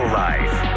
life